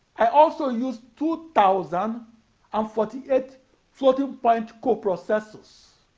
i also used two thousand and forty-eight floating point co-processors.